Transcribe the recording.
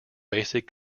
basic